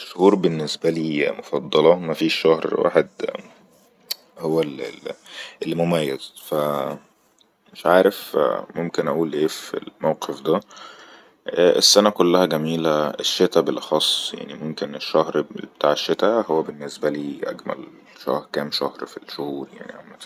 اشهور بالنسبة لي مفضلة ما فيش شهر واحد هو الل-اللي مميز فااا مش عارف ممكن اقول ايه في الموقف ءءاالسنة كلها جميلة الشتاء بالاخص يعني ممكن الشهر بتاع الشتاء هو بالنسبة لي اجمل كم شهر في الشهور يعني عمتن